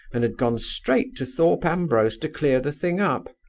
and had gone straight to thorpe ambrose to clear the thing up.